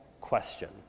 question